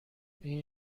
این